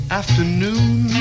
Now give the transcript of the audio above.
afternoon